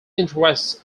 interests